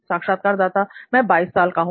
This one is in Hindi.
साक्षात्कारदाता मैं 22 साल का हूं